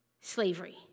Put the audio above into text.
slavery